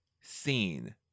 seen